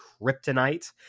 Kryptonite